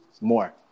more